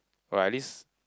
or at least